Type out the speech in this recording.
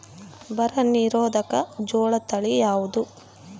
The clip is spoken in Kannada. ಬರ ನಿರೋಧಕ ಜೋಳ ತಳಿ ಯಾವುದು?